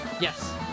Yes